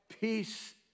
peace